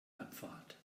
abfahrt